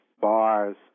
bars